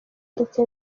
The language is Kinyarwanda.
ndetse